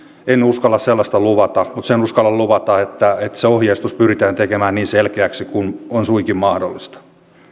en uskalla sellaista luvata mutta sen uskallan luvata että se ohjeistus pyritään tekemään niin selkeäksi kuin on suinkin mahdollista